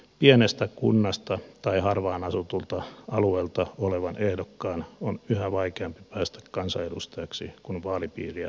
pienestä kunnasta tai harvaan asutulta alueelta olevan ehdokkaan on yhä vaikeampi päästä kansanedustajaksi kun vaalipiiriä kasvatetaan